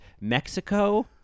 Mexico